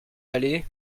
allez